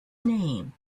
name